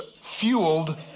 fueled